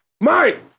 Mike